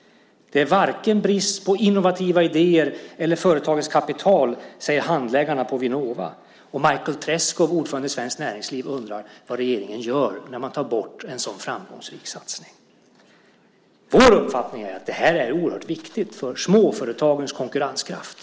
Det är varken brist på innovativa idéer eller företagens kapital, säger handläggarna på Vinnova. Och Michael Treschow, ordförande i Svenskt Näringsliv, undrar vad regeringen gör när man tar bort en så framgångsrik satsning. Vår uppfattning är att det här är oerhört viktigt för småföretagens konkurrenskraft.